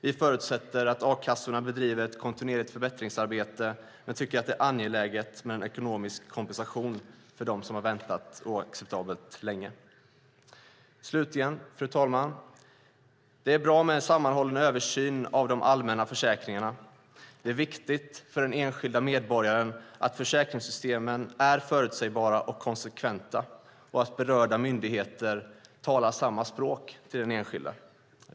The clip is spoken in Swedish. Vi förutsätter att a-kassorna bedriver ett kontinuerligt förbättringsarbete men tycker att det är angeläget med en ekonomisk kompensation för dem som väntat oacceptabelt länge. Slutligen, fru talman, vill jag framhålla att det är bra med en sammanhållen översyn av de allmänna försäkringarna. Det är viktigt för den enskilda medborgaren att försäkringssystemen är förutsägbara och konsekventa och att berörda myndigheter talar samma språk med den enskilda.